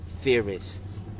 theorists